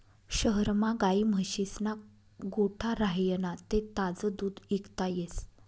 शहरमा गायी म्हशीस्ना गोठा राह्यना ते ताजं दूध इकता येस